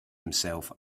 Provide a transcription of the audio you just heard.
himself